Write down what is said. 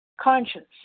conscience